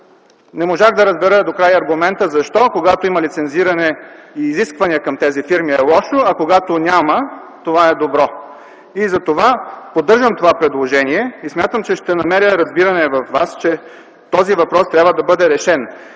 Не можах да разбера докрай аргумента защо, когато има лицензиране и изисквания към тези фирми, е лошо, а когато няма – това е добро. Затова поддържам предложението си и смятам, че ще намеря разбиране във Вас, че този въпрос трябва да бъде решен.